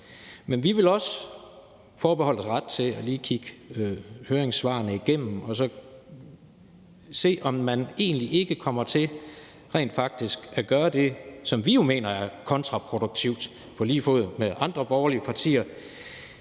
Men vi vil også forbeholde os ret til lige at kigge høringssvarene igennem og se, om man egentlig ikke kommer til rent faktisk at gøre det, som vi jo på lige fod med andre borgerlige partier